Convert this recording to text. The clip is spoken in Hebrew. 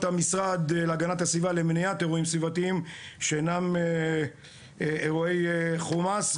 המשרד להגנת הסביבה למניעת אירועים סביבתיים שאינם אירועי חומ"ס,